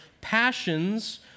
passions